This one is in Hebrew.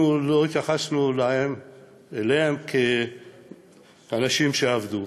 אנחנו לא התייחסנו אליהן כאל אנשים שעבדו.